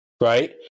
Right